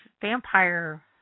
vampire